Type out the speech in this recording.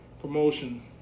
promotion